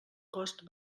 cost